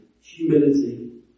humility